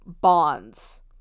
bonds